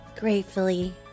Gratefully